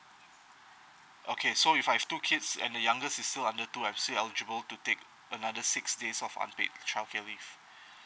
okay so if I have two kids and the youngest is still under two I'm still eligible to take another six days of unpaid childcare leave